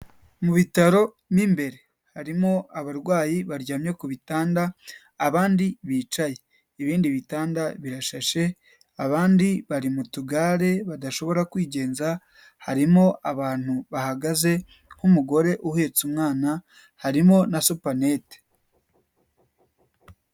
Mu bitaro mo imbere harimo abarwayi baryamye ku bitanda, abandi bicaye, ibindi bitanda birashashe, abandi bari mu tugare badashobora kwigenza, harimo abantu bahagaze nk'umugore uhetse umwana, harimo na supanete.